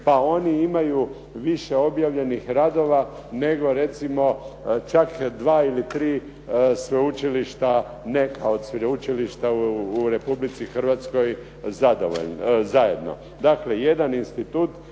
pa oni imaju više objavljenih radova nego recimo čak dva ili tri sveučilišta, neka od sveučilišta u Republici Hrvatskoj zajedno. Dakle, jedan institut